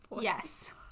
Yes